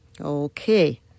Okay